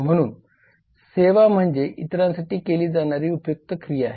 म्हूणनसेवा म्हणजे इतरांसाठी केली जाणारी उपयुक्त क्रिया आहे